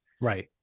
Right